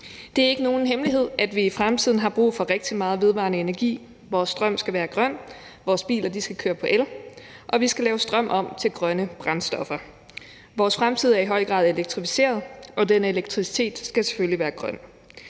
Det er ikke nogen hemmelighed, at vi i fremtiden har brug for rigtig meget vedvarende energi. Vores strøm skal være grøn, vores biler skal køre på el, og vi skal lave strøm om til grønne brændstoffer. Vores fremtid er i høj grad elektrificeret, og den elektricitet skal selvfølgelig være grøn.